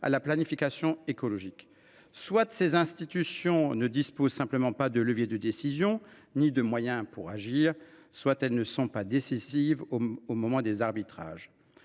à la planification écologique (SGPE). Soit ces institutions ne disposent ni de leviers de décision ni de moyens pour agir, soit elles ne sont pas décisives au moment des arbitrages.